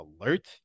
alert